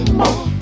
more